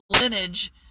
lineage